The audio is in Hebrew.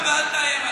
אל תאיים עלי.